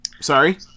Sorry